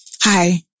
Hi